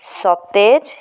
ସତେଜ